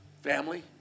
family